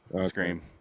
Scream